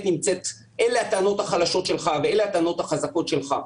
אלה הטענות החלשות שלך ואלה הטענות החזקות שלך.